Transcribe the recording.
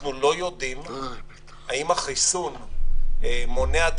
אנחנו לא יודעים אם החיסון מונע את